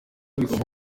bigomba